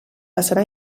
passarà